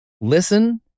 Listen